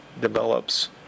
develops